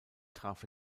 traf